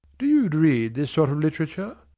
do you read this sort of literature?